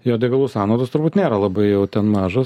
jo degalų sąnaudos turbūt nėra labai jau ten mažos